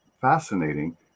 fascinating